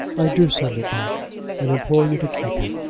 i do send it back and implore you to keep it.